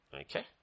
Okay